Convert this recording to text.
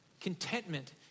Contentment